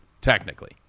technically